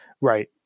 right